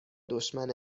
دشمن